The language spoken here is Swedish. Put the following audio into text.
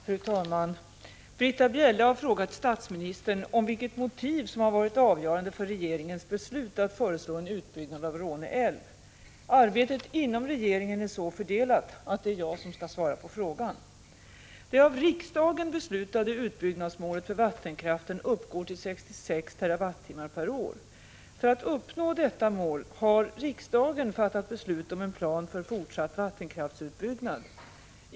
Fru talman! Britta Bjelle har frågat statsministern vilket motiv som har varit avgörande för regeringens beslut att föreslå en utbyggnad av Råne älv. Arbetet inom regeringen är så fördelat att det är jag som skall svara på frågan. Det av riksdagen beslutade utbyggnadsmålet för vattenkraften uppgår till 66 TWh/år. För att uppnå detta mål har riksdagen fattat beslut om en plan för fortsatt vattenkraftsutbyggnad.